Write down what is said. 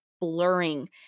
blurring